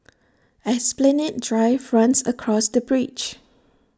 Esplanade Drive runs across the bridge